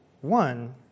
one